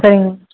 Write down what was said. சரிங்க